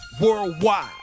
worldwide